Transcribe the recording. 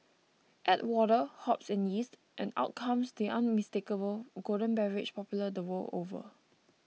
add water hops and yeast and out comes the unmistakable golden beverage popular the world over